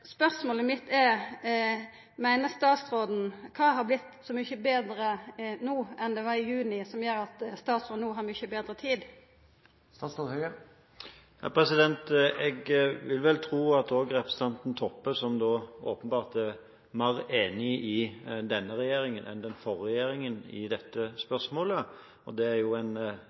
Spørsmålet mitt er: Kva meiner statsråden har vorte så mykje betre no enn det var i juni som gjer at statsråden no har mykje betre tid? Jeg vil vel tro at også representanten Toppe, som åpenbart er mer enig med denne regjeringen enn den forrige regjeringen i dette spørsmålet – det er på en